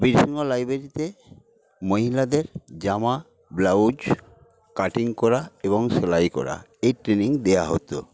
বিভিন্ন লাইব্রেরিতে মহিলাদের জামা ব্লাউজ কাটিং করা এবং সেলাই করা এই ট্রেনিং দেওয়া হতো